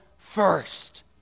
first